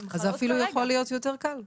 זה אפילו יכול להיות יותר קל,